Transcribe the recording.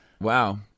Wow